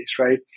right